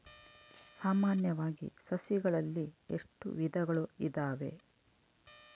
ಸಾಮಾನ್ಯವಾಗಿ ಸಸಿಗಳಲ್ಲಿ ಎಷ್ಟು ವಿಧಗಳು ಇದಾವೆ?